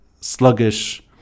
sluggish